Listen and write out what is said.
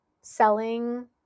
selling